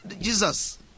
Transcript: Jesus